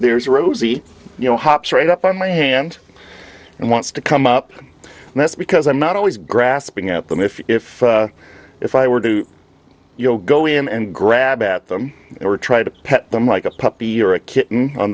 there's a rosy you know hop straight up on my hand and wants to come up and that's because i'm not always grasping at them if if i were to you know go in and grab at them or try to pet them like a puppy or a kitten on